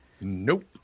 Nope